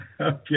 Okay